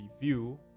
review